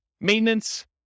Maintenance